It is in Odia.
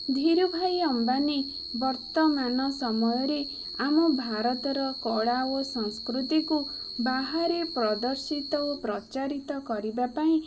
ଧିରୁ ଭାଇ ଅମ୍ବାନୀ ବର୍ତ୍ତମାନ ସମୟରେ ଆମ ଭାରତର କଳା ଓ ସଂସ୍କୃତିକୁ ବାହାରେ ପ୍ରଦର୍ଶିତ ଓ ପ୍ରଚାରିତ କରିବାପାଇଁ